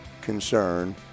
concern